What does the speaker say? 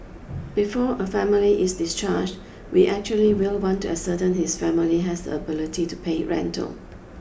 before a family is discharged we actually will want to ascertain this family has the ability to pay rental